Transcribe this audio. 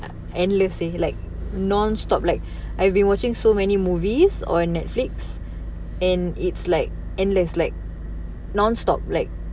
endless seh like non stop like I've been watching so many movies on netflix and it's like endless like non stop like